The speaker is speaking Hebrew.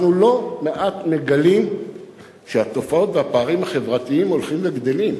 אנחנו לא מעט מגלים שהתופעות והפערים הולכים וגדלים.